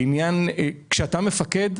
מפקד,